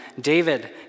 David